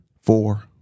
four